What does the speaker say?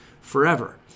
forever